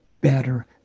better